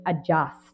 adjust